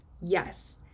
Yes